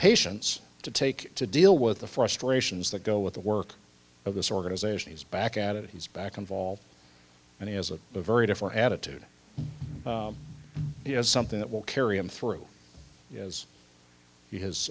patience to take to deal with the frustrations that go with the work of this organization he's back at it he's back involved and he has a very different attitude he has something that will carry him through as h